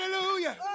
Hallelujah